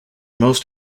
most